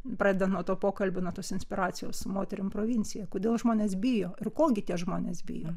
pradedant nuo to pokalbio nuo tos inspiracijos moterim provincija kodėl žmonės bijo ir ko gi tie žmonės bijo